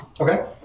okay